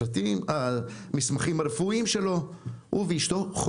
ויתפרנסו גם בגבול הצפון,